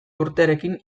urterekin